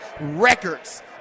records